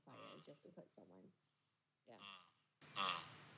(uh huh) (uh huh) (uh huh)